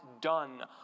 done